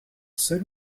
seul